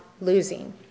losing